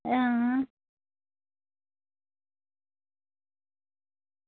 आं